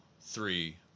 three